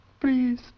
Please